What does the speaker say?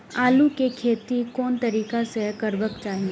आलु के खेती कोन तरीका से करबाक चाही?